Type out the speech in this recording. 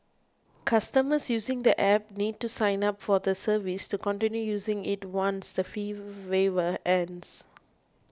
customers using the App need to sign up for the service to continue using it once the fee waiver ends